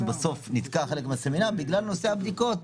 שבסוף נתקע חלק מהסמינר בגלל נושא הבדיקות,